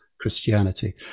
Christianity